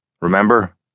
remember